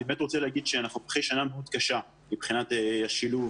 אני רוצה להגיד שאנחנו פותחים שנה אוד קשה מבחינת השילוב,